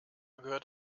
gehört